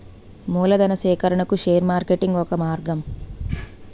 మూలధనా సేకరణకు share marketing ఒక మార్గం